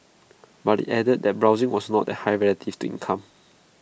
but IT added that borrowing was not that high relatives to income